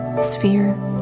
sphere